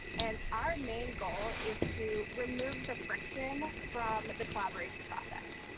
and our main goal is to remove the friction from the collaboration process.